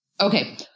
Okay